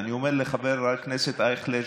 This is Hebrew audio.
ואני אומר לחבר הכנסת אייכלר,